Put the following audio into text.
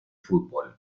fútbol